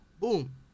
Boom